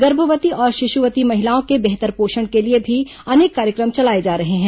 गर्भवती और शिशुवती महिलाओं के बेहतर पोषण के लिए भी अनेक कार्यक्रम चलाए जा रहे हैं